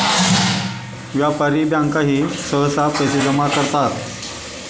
व्यापारी बँकाही सहसा पैसे जमा करतात